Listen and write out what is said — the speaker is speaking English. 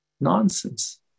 Nonsense